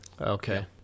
Okay